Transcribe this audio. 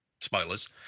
Spoilers